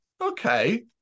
Okay